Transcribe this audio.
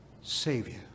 savior